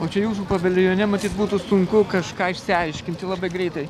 o čia jūsų paviljone matyt būtų sunku kažką išsiaiškinti labai greitai